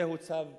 זהו צו השעה.